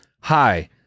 Hi